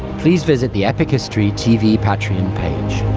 please visit the epic history tv patreon page.